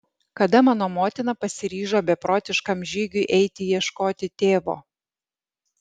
kada mano motina pasiryžo beprotiškam žygiui eiti ieškoti tėvo